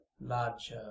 large